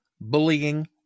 bullying